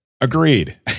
Agreed